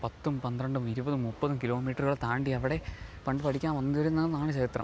പത്തും പന്ത്രണ്ടും ഇരുപതും മുപ്പതും കിലോമീറ്ററുകൾ താണ്ടി അവിടെ പണ്ട് പഠിക്കാൻ വന്നിരുന്നു എന്നതാണ് ചരിത്രം